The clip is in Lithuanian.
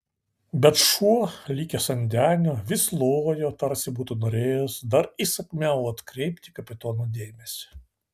bet šuo likęs ant denio vis lojo tarsi būtų norėjęs dar įsakmiau atkreipti kapitono dėmesį